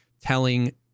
telling